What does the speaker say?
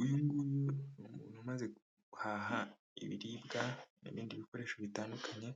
Uyu nguyu ni umuntu umaze guhaha ibiribwa, n'ibindi bikoresho bitandukanye,